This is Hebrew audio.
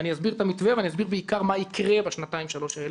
אני אסביר את המתווה ואסביר בעיקר מה יקרה בשנתיים-שלוש האלה.